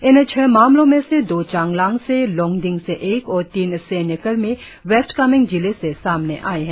इन छह मामलों में से दो चांगलांग से लोंगडिंग से एक और तीन सैन्य कर्मी वेस्ट कामेंग जिले से सामने आए है